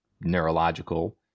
neurological